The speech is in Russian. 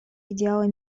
идеалы